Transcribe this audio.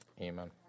Amen